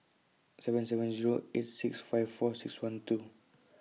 seven seven Zero eight six five four six one two